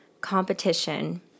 competition